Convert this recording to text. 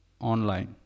online